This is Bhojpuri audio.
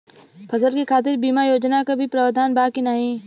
फसल के खातीर बिमा योजना क भी प्रवाधान बा की नाही?